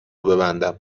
ببندم